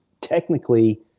technically